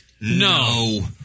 No